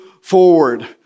Forward